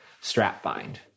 strap-bind